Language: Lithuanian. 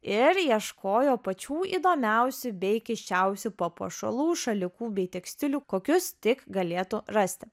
ir ieškojo pačių įdomiausių bei keisčiausių papuošalų šalikų bei tekstilių kokius tik galėtų rasti